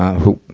who,